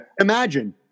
Imagine